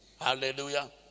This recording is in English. Hallelujah